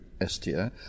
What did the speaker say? Estia